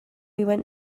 went